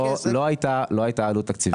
לא היתה עלות תקציבית.